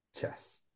chess